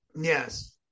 Yes